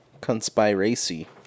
Conspiracy